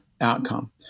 outcome